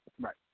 Right